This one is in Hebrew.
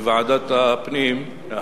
בוועדת הפנים,